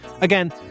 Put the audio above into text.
Again